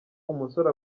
umusore